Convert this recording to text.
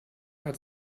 hat